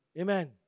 Amen